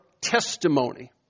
testimony